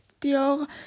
Dior